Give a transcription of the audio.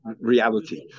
reality